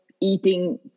eating